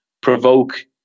provoke